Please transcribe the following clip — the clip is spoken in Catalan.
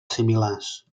similars